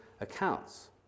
accounts